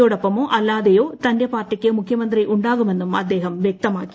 യോടൊപ്പമോ അല്ലാതെയോ തന്റെ പാർട്ടിക്ക് മുഖ്യമന്ത്രിയുണ്ടാകുമെന്നും അദ്ദേഹം പറഞ്ഞു